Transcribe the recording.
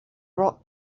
rock